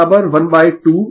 तो यह f12 pI√LC होगी